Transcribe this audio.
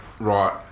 right